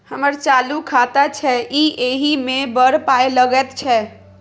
हमर चालू खाता छै इ एहि मे बड़ पाय लगैत छै